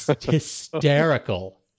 Hysterical